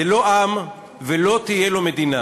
זה לא עם ולא תהיה לו מדינה.